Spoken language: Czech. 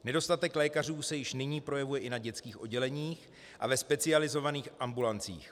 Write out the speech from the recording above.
Nedostatek lékařů se již nyní projevuje i na dětských odděleních a ve specializovaných ambulancích.